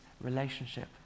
relationship